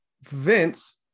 Vince